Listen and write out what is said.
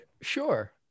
Sure